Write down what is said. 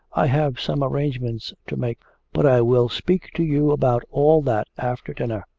i have some arrangements to make but i will speak to you about all that after dinner